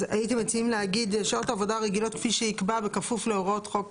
אז הייתם מציעים להגיד 'שעות עבודה רגילות כפי שיקבע בכפוף להוראות חוק